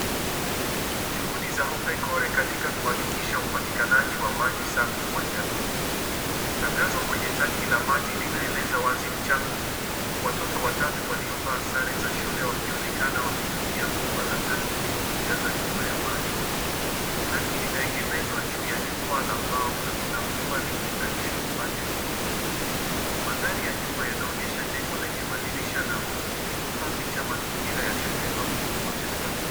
Juhudi za hope core katika kuhakikisha upatikanaji wa maji safi kwa jamii. Tangazo kwenye tanki la maji linaeleza wazi mchango huo, huku watoto watatu waliovaa sare za shule wakionekana wakitumia bomba la tanki hilo kujaza chupa ya maji. Tanki linaegemezwa juu ya jukwaa la mbao na kuna bomba limeunganishwa upande mmoja. Mandhari ya nyuma yanaonyesha jengo lenye madirisha na mti, likipa picha mazingira ya shule au kituo cha jamii.